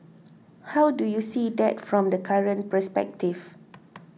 how do you see that from the current perspective